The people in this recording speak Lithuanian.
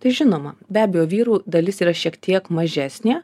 tai žinoma be abejo vyrų dalis yra šiek tiek mažesnė